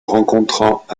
rencontrant